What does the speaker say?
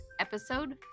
episode